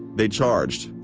they charged,